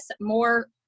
more